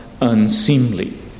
unseemly